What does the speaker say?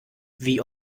wie